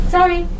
Sorry